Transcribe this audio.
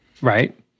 Right